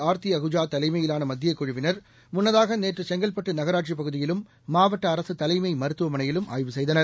ஆர்த்திஅஹூஜா தலைமையிலானமத்தியக் குழுவினர் முன்னதாகநேற்றுசெங்கற்பட்டுநகராட்சிப் பகுதியிலும் மாவட்டஅரசுதலைமமருத்துவமனையிலும் ஆய்வு செய்தனர்